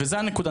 וזו הנקודה.